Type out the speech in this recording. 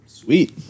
Sweet